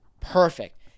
Perfect